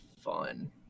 fun